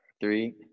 three